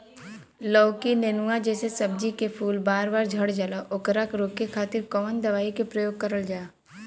लौकी नेनुआ जैसे सब्जी के फूल बार बार झड़जाला ओकरा रोके खातीर कवन दवाई के प्रयोग करल जा?